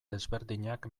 desberdinak